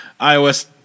ios